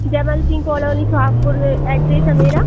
जबल Singh colony Suhagpur address है मेरा